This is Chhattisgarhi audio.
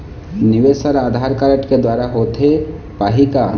निवेश हर आधार कारड के द्वारा होथे पाही का?